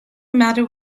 matter